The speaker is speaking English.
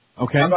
Okay